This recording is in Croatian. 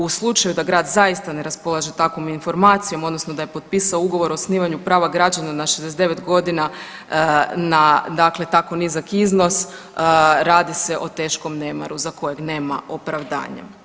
U slučaju da grad zaista ne raspolaže takvom informacijom odnosno da je potpisao ugovor o osnivanju prava građana na 69 godina na tako nizak iznos radi se o teškom nemaru za kojeg nema opravdanja.